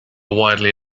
widely